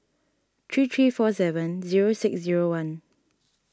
three three four seven zero six zero one